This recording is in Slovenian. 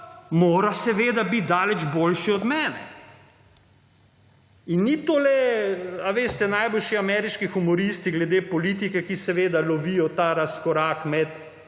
mora seveda biti daleč boljši od mene. In ni to le, veste, najboljši ameriški humoristi glede politike, ki seveda lovijo ta razkorak med